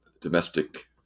domestic